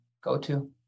go-to